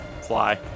fly